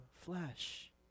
flesh